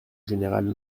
général